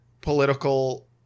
political